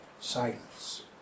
silence